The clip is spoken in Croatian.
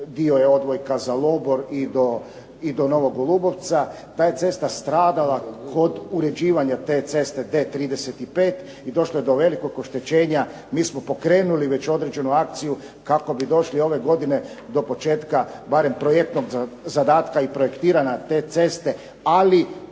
dio odvojka za Lobor i do Novog Golubovca. Ta je cesta stradala kod uređivanja te ceste D 35 i došlo je do velikog oštećenja. Mi smo pokrenuli već određenu akciju kako bi došli ove godine do početka barem projektnog zadatka i projektiranja te ceste, ali